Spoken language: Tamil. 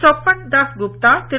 சொப்பன் தாஸ் குப்தா திரு